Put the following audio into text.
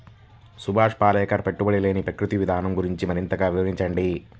సుభాష్ పాలేకర్ పెట్టుబడి లేని ప్రకృతి విధానం గురించి మరింత వివరించండి